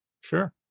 Sure